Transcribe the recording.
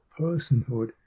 personhood